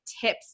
tips